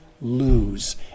lose